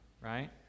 right